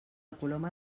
coloma